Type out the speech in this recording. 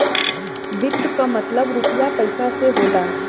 वित्त क मतलब रुपिया पइसा से होला